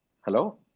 Hello